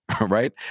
right